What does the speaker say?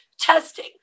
testing